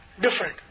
different